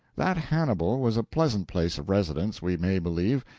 that hannibal was a pleasant place of residence we may believe,